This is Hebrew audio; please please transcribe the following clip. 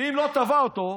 ואם לא תבע אותו,